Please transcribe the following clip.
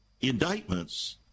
indictments